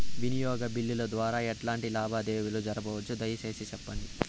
వినియోగ బిల్లుల ద్వారా ఎట్లాంటి లావాదేవీలు జరపొచ్చు, దయసేసి సెప్పండి?